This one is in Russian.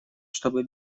чтобы